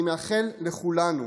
אני מאחל לכולנו